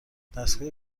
دستگاه